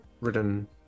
written